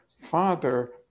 father